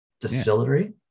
distillery